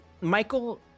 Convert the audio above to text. Michael